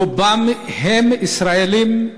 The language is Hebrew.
רובם הם ישראלים,